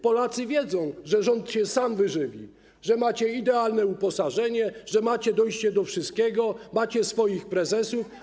Polacy wiedzą, że rząd się sam wyżywi, że macie idealne uposażenie, że macie dojście do wszystkiego, macie swoich prezesów.